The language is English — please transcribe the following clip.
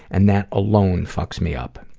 and that alone fucks me up.